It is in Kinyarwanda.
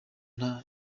nta